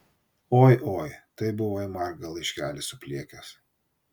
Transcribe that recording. oi oi tai buvai margą laiškelį supliekęs